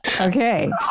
Okay